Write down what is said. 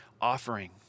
offering